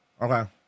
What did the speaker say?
Okay